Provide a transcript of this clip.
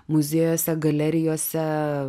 muziejuose galerijose